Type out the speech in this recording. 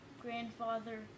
grandfather